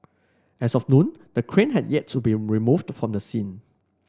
as of noon the crane had yet to be removed from the scene